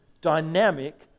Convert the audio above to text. dynamic